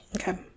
Okay